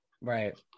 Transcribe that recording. Right